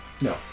No